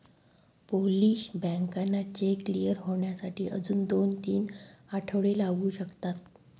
Polish बँकांना cheque clear होण्यासाठी अजून दोन ते तीन आठवडे लागू शकतात